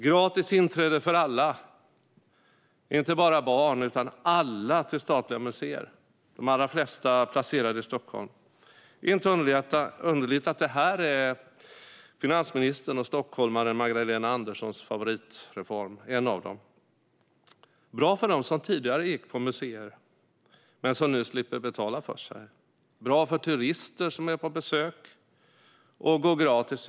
Gratis inträde för alla, inte bara för barn, till statliga museer, varav de allra flesta är placerade i Stockholm - det är inte underligt att det här är en av finansministern och stockholmaren Magdalena Anderssons favoritreformer. Det är bra för dem som tidigare gick på museer och som nu slipper betala för sig. Det är bra för turister som är på besök och går in gratis.